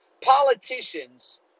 Politicians